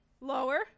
Lower